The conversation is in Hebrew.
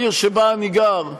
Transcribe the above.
העיר שבה אני גר,